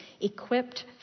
equipped